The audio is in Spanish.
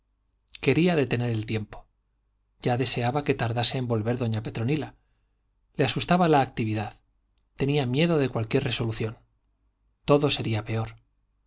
quería detener el tiempo ya deseaba que tardase en volver doña petronila le asustaba la actividad tenía miedo de cualquier resolución todo sería peor